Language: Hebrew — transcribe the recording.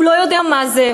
הוא לא יודע מה זה,